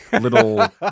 little